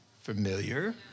familiar